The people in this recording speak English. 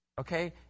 okay